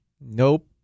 Nope